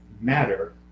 matter